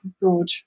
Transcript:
broad